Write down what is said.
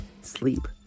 sleep